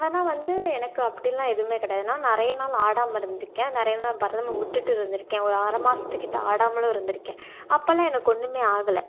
ஆனால் வந்து எனக்கு அப்படிலாம் எதுவுமே கிடையாது நான் நிறைய நாள் ஆடாமல் இருந்திருக்கேன் நிறைய நாள் பரதமை விட்டுட்டு இருந்திருக்கேன் ஒரு ஆறு மாதத்துக்கிட்ட ஆடாமலும் இருந்திருக்கேன் அப்பெல்லாம் எனக்கு ஒன்றுமே ஆகலை